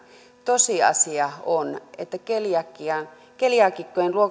tosiasia on että keliaakikkojen